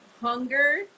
hunger